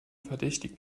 verdächtig